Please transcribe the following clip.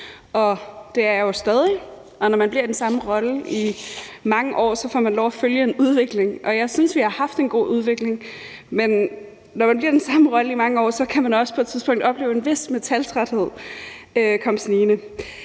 det er jeg jo stadig væk, og når man bliver i den samme rolle i mange år, får man lov til at følge en udvikling, og jeg synes, vi har haft en god udvikling. Men når man bliver i den samme rolle i mange år, kan man også på et tidspunkt opleve en vis metaltræthed komme snigende,